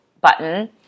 button